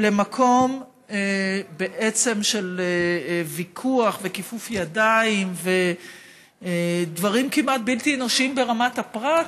למקום של ויכוח וכיפוף ידיים ודברים כמעט בלתי אנושיים ברמת הפרט,